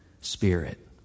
Spirit